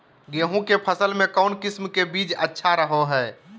गेहूँ के फसल में कौन किसम के बीज अच्छा रहो हय?